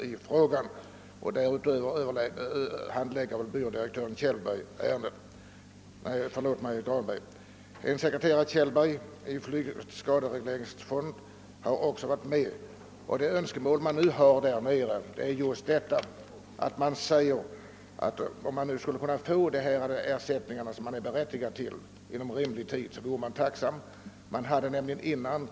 Dessutom handlägges ärendet av byrådirektören Granberg. Sekreteraren Kjellberg i försvarets skaderegleringsnämnd har också varit med. Man skulle bland de skadelidande nere på platsen vara tacksam för att inom rimlig tid få de ersättningar man är berättigad till. Tidigare hade man två dåliga år ekonomiskt sett.